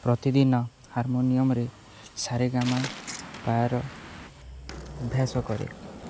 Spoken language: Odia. ପ୍ରତିଦିନ ହାରମୋନିୟମରେ ସାରେଗାମାପାର ଅଭ୍ୟାସ କରେ